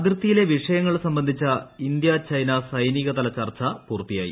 അതിർത്തിയിലെ വിഷയങ്ങൾ സംബന്ധിച്ച ഇന്തൃ ചൈന സൈനികതല ചർച്ച പൂർത്തിയായി